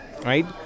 right